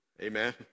Amen